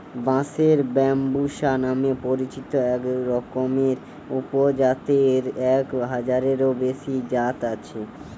বাঁশের ব্যম্বুসা নামে পরিচিত একরকমের উপজাতের এক হাজারেরও বেশি জাত আছে